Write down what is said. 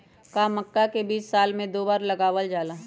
का मक्का के बीज साल में दो बार लगावल जला?